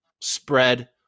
spread